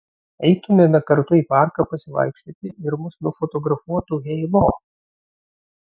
eitumėme kartu į parką pasivaikščioti ir mus nufotografuotų heilo